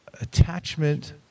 attachment